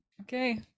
Okay